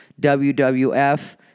WWF